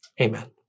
Amen